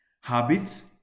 Habits